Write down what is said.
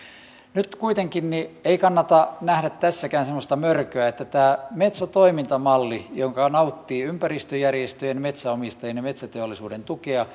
nyt kuitenkaan ei kannata nähdä tässäkään semmoista mörköä tämä metso toimintamalli joka nauttii ympäristöjärjestöjen metsänomistajien ja metsäteollisuuden tukea